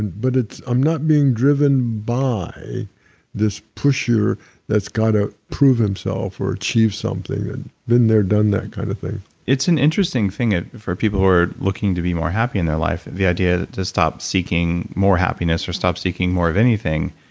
and but i'm not being driven by this push here that's got to prove himself or achieve something, and been there, done that kind of thing it's an interesting thing and for people who are looking to be more happy in their life, the idea to stop seeking more happiness or stop seeking more of anything,